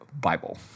Bible